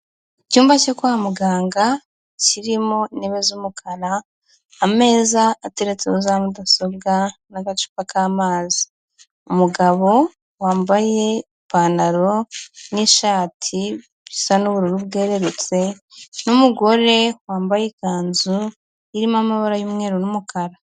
Icyumba cyo kwa muganga kirimo intebe z'umukara, ameza ateretseho za mudasobwa n'agacupa k'amazi. Umugabo wambaye ipantaro n'ishati bisa n'ubururu bwerutse, n'umugore wambaye ikanzu irimo amabara y'umweru n'umukara.